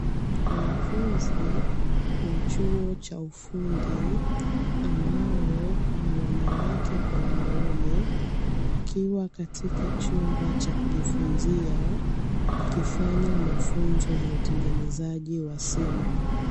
Wanafunzi wa chuo cha ufundi ambao kuna wanawake kwa wanaume, wakiwa katika chumba cha kujifunzia wakifanya mafunzo ya utengenezaji wa simu.